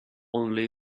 only